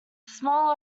small